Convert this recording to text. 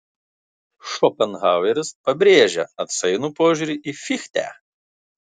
šopenhaueris pabrėžia atsainų požiūrį į fichtę